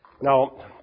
Now